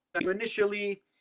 initially